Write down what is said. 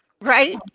Right